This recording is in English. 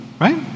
right